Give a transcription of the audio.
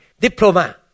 diploma